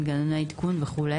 מנגנוני עדכון וכו'.